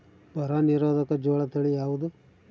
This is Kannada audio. ಬರ ನಿರೋಧಕ ಜೋಳ ತಳಿ ಯಾವುದು?